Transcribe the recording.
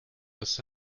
his